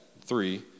three